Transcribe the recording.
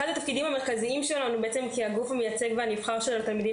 אחד התפקידים המרכזיים שלנו כגוף המייצג והנבחר של התלמידים